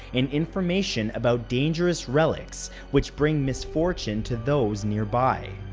and information about dangerous relics which bring misfortune to those nearby.